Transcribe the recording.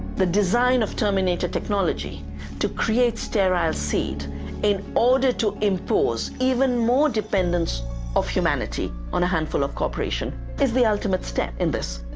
the design of terminator technology to create sterile seed in order to impose even more dependence of humanity on a handful of corporations is the ultimate step in this.